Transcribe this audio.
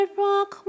rock